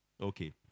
Okay